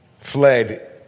fled